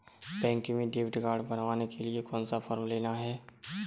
Bank में debit card बनवाने के लिए कौन सा फॉर्म लेना है?